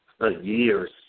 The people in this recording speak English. years